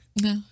no